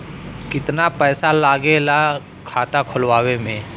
कितना पैसा लागेला खाता खोलवावे में?